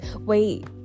wait